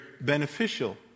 beneficial